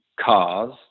cars